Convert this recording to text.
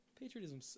patriotism